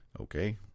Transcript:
okay